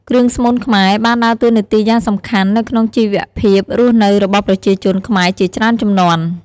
គ្រឿងស្មូនខ្មែរបានដើរតួនាទីយ៉ាងសំខាន់នៅក្នុងជីវភាពរស់នៅរបស់ប្រជាជនខ្មែរជាច្រើនជំនាន់។